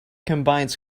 combines